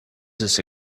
this